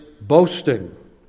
boasting